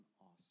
awesome